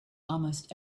almost